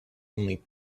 only